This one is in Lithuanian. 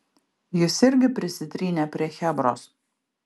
jis irgi prisitrynė prie chebros